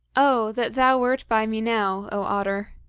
oh! that thou wert by me now, oh otter!